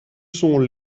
sont